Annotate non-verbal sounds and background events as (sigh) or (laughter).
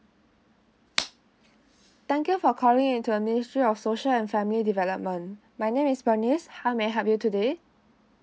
(noise) thank you for calling into a ministry of social and family development my name is bernice how may I help you today